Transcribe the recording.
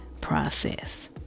process